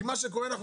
כי מה קורה?